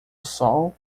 sol